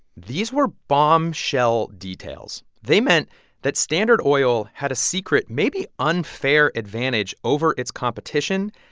these were bombshell details. they meant that standard oil had a secret, maybe unfair advantage over its competition.